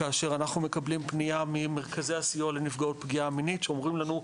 כאשר אנחנו מקבלים פנייה ממרכזי הסיוע לנפגעות פגיעה מינית שאומרים לנו,